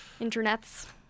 Internets